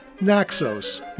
Naxos